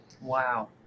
Wow